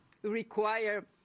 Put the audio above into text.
require